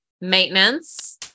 maintenance